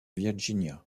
virginia